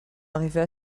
arrivée